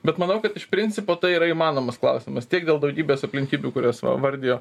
bet manau kad iš principo tai yra įmanomas klausimas tiek dėl daugybės aplinkybių kurias va vardijo